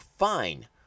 fine